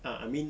ah I mean